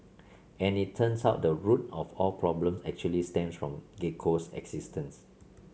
and it turns out the root of all problems actually stems from Gecko's existence